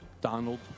Donald